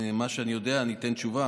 על מה שאני יודע אני אתן תשובה,